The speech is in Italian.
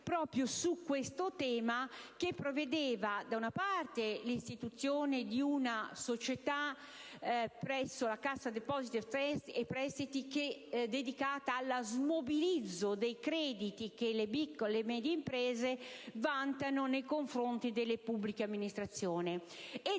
proprio questo tema. Tale emendamento prevedeva da una parte l'istituzione di una società presso la Cassa depositi e prestiti dedicata allo smobilizzo dei crediti che le piccole e medie imprese vantano nei confronti delle pubbliche amministrazioni